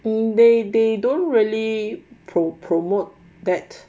um they they don't really pro promote that